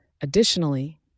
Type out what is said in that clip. Additionally